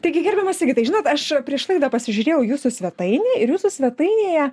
taigi gerbiamas sigitai žinot aš prieš laidą pasižiūrėjau jūsų svetainę ir jūsų svetainėje